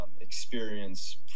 experience